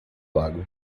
lago